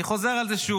אני חוזר על זה שוב: